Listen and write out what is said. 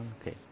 okay